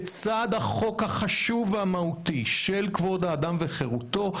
לצד החוק החשוב והמהותי של כבוד האדם וחירותו,